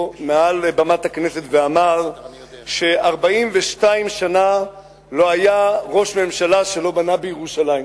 מעל בימת הכנסת ואמר ש-42 שנה לא היה ראש ממשלה שלא בנה בירושלים.